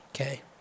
Okay